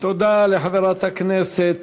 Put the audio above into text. תודה לחברת הכנסת